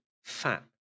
Fat